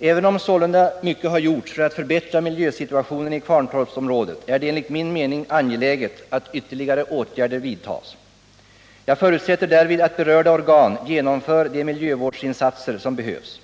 Även om sålunda mycket har gjorts för att förbättra miljösituationen i Kvarntorpsområdet är det enligt min mening angeläget att ytterligare åtgärder vidtas. Jag förutsätter därvid att berörda organ genomför de miljövårdsinsatser som behövs.